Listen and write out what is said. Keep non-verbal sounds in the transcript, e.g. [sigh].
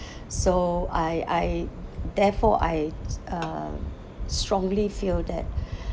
so I I therefore I s~ uh strongly feel that [breath]